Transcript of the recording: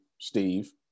Steve